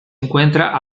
encuentra